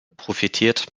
profitiert